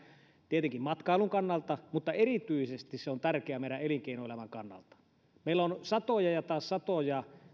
tietenkin matkailun kannalta mutta se on tärkeää erityisesti meidän elinkeinoelämän kannalta meillä on satoja ja taas satoja